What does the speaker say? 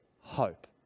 hope